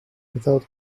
without